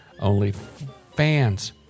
OnlyFans